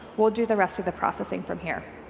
we'll do the rest of the processing from here.